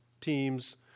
teams